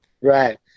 Right